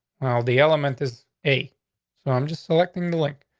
well, the element is a so i'm just selecting the link.